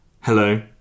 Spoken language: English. Hello